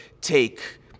take